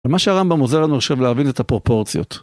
ומה שהרמב״ם עוזר לנו עכשיו להבין זה את הפרופורציות.